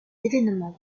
événements